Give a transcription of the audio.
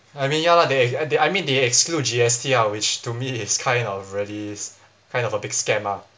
I mean ya lah they ex~ I mean they exclude G_S_T ah which to me is kind of really is kind of a big scam ah